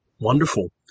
Wonderful